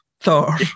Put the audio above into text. Thor